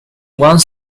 one